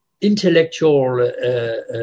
intellectual